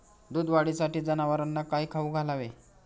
दूध वाढीसाठी जनावरांना काय खाऊ घालावे?